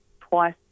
twice